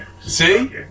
See